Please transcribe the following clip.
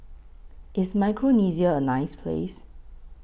IS Micronesia A nice Place